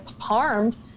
harmed